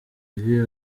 ivi